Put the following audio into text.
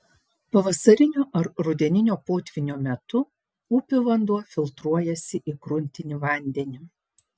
pavasarinio ar rudeninio potvynio metu upių vanduo filtruojasi į gruntinį vandenį